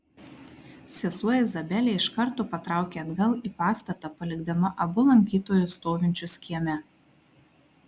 sesuo izabelė iš karto patraukė atgal į pastatą palikdama abu lankytojus stovinčius kieme